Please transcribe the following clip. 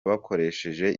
bakoresheje